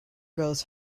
goes